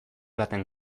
baten